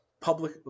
public